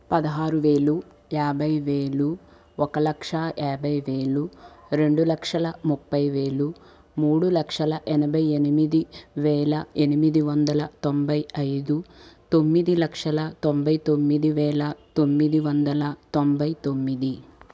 పదహారు వేలు యాభై వేలు ఒక లక్ష యాభై వేలు రెండు లక్షల ముప్పై వేలు మూడు లక్షల ఎనభై ఎనిమిది వేల ఎనిమిది వందల తొంభై ఐదు తొమ్మిది లక్షల తొంభై తొమ్మిది వేల తొమ్మిది వందల తొంభై తొమ్మిది